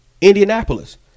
Indianapolis